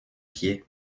pied